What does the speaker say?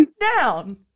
down